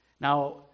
Now